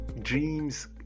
dreams